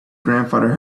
grandfather